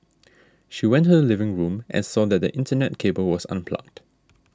she went to the living room and saw that the Internet cable was unplugged